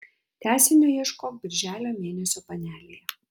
tęsinio ieškok birželio mėnesio panelėje